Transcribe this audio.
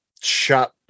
shot